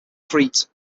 crete